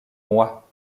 moi